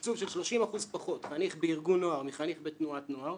והתקצוב של 30% פחות לחניך בארגון נוער אל מול חניך בתנועת נוער,